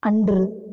அன்று